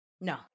No